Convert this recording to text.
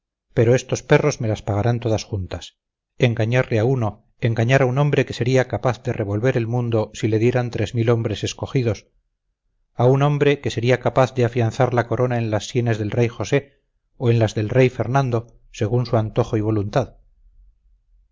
pero estos perros me las pagarán todas juntas engañarle a uno engañar a un hombre que sería capaz de revolver el mundo si le dieran tres mil hombres escogidos a un hombre que sería capaz de afianzar la corona en las sienes del rey josé o en las del rey fernando según su antojo y voluntad